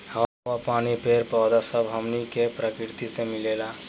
हवा, पानी, पेड़ पौधा सब हमनी के प्रकृति से मिलेला